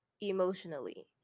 emotionally